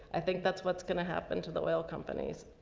i think that's what's going to happen to the oil companies.